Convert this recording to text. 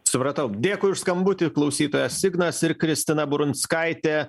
supratau dėkui už skambutį klausytojas ignas ir kristina burunskaitė